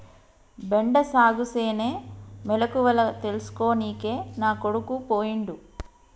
బెండ సాగుసేనే మెలకువల తెల్సుకోనికే నా కొడుకు పోయిండు